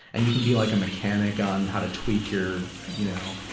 and you can be like a mechanic on how to tweak your, you know,